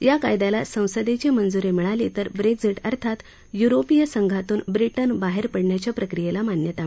या कायद्याला संसदेची मंजूरी मिळाली तर ब्रेक्झिट अर्थात युरोपीय संघातून ब्रिटन बाहेर पडण्याच्या प्रक्रियेला मान्यता मिळेल